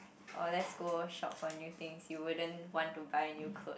or let's go shop for new things you wouldn't want to buy new clothes